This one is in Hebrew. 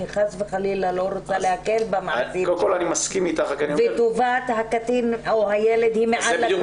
אני חס וחלילה לא רוצה להקל במעשים שלו וטובת הילד היא מעל